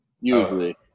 usually